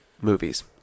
movies